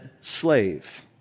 Slave